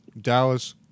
Dallas